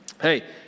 Hey